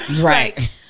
Right